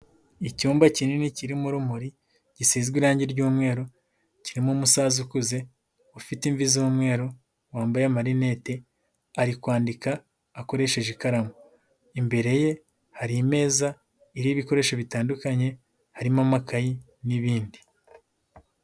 Icyumba kinini kirimo urumuri, gisizwe irangi ry'umweru, kirimo umusaza ukuze, ufite imvi z'umweru, wambaye amarinete ari kwandika akoresheje ikaramu. Imbere ye hari imeza iririho ibikoresho bitandukanye, harimo amakayi n'ibindi.